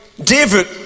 David